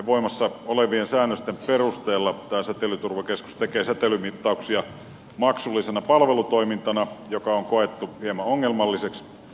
voimassa olevien säännösten perusteella säteilyturvakeskus tekee säteilymittauksia maksullisena palvelutoimintana mikä on koettu hieman ongelmalliseksi